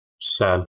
Sad